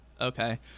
Okay